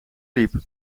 liep